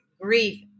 grief